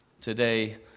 Today